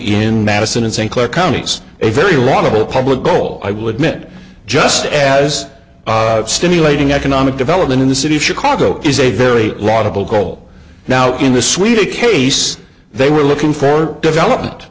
in madison and st clair counties a very laudable public goal i will admit just as stimulating economic development in the city of chicago is a very laudable goal now in the swedish case they were looking for development